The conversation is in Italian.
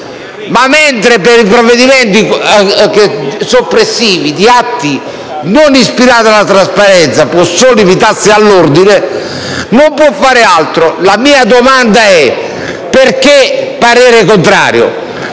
ma per i provvedimenti soppressivi di atti non ispirati alla trasparenza può solo limitarsi all'ordine, non può fare altro. La mia domanda è perché è stato